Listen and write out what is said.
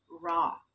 raw